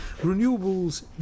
Renewables